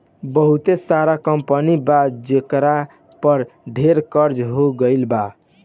बहुते सारा कंपनी बा जेकरा पर ढेर कर्ज हो गइल बा